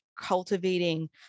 cultivating